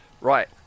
right